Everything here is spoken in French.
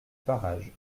pareage